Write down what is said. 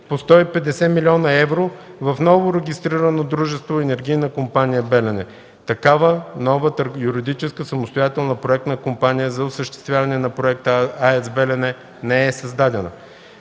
по 150 000 000 евро в новорегистрираното дружество Енергийна Компания „Белене”. Такава нова, юридически самостоятелна проектна компания за осъществяване на проекта „АЕЦ „Белене” не е създадена”.